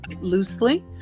loosely